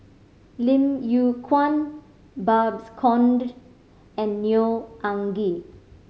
Lim Yew Kuan Babes Conde and Neo Anngee